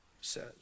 says